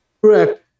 Correct